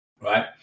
Right